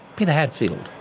peter hadfield